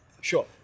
sure